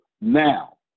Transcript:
Now